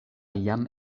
jam